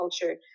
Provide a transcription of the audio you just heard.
culture